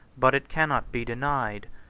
but it cannot be denied,